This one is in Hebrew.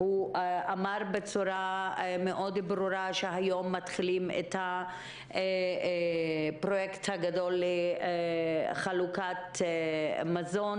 והוא אמר בצורה מאוד ברורה שהיום מתחילים בפרויקט הגדול של חלוקת מזון